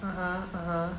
(uh huh) (uh huh)